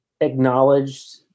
acknowledged